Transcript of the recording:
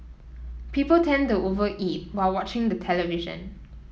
people tend over eat while watching the television